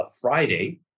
Friday